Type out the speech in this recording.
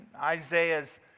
Isaiah's